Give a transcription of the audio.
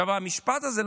המשפט הזה,